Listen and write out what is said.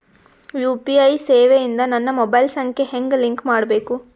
UPI ಸೇವೆ ಇಂದ ನನ್ನ ಮೊಬೈಲ್ ಸಂಖ್ಯೆ ಹೆಂಗ್ ಲಿಂಕ್ ಮಾಡಬೇಕು?